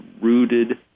rooted